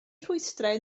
rhwystrau